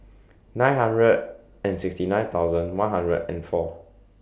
nine hundred and sixty nine thousand one hundred and four